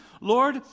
Lord